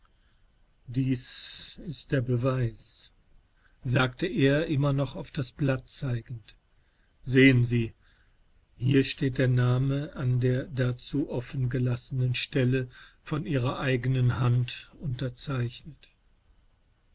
dies ist der beweis sagte er immer noch auf das blatt zeigend sehen sie hier steht der name an der dazu offen gelassenen stelle von ihrer eigenen hand unterzeichnet